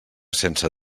sense